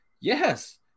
yes